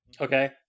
Okay